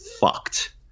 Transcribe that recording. fucked